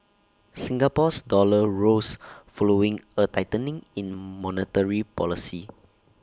Singapore's dollar rose following A tightening in monetary policy